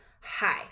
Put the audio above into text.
Hi